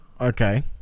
okay